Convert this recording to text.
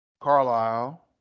Carlisle